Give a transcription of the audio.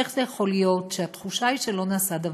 איך זה יכול להיות שהתחושה היא שלא נעשה דבר?